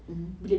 mmhmm